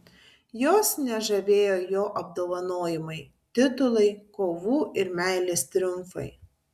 jos nežavėjo jo apdovanojimai titulai kovų ir meilės triumfai